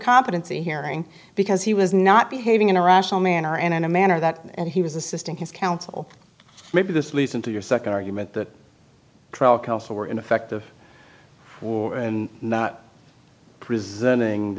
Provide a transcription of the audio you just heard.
competency hearing because he was not behaving in a rational manner and in a manner that he was assisting his counsel maybe this leads into your second argument that they were ineffective and not presenting